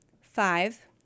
five